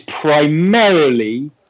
primarily